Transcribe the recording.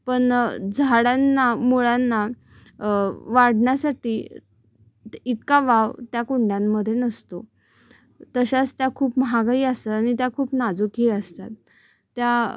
पण झाडांना मुळांना वाढण्यासाठी इतका वाव त्या कुंड्यांमधे नसतो तशाच त्या खूप महागही असतात आणि त्या खूप नाजुकही असतात त्या